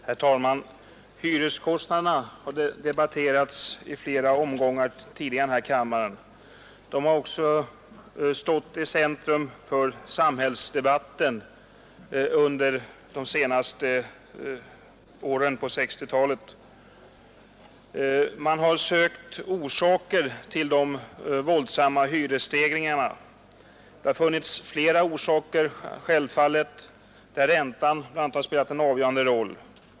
Herr talman! Hyreskostnaderna har debatterats i flera omgångar tidigare i denna kammare. De har också stått i centrum för samhällsdebatten under de senaste åren på 1960-talet. Man har sökt orsaker till de våldsamma hyresstegringarna. Det har självfallet funnits flera orsaker, där räntan antas ha spelat en avgörande roll.